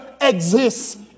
exist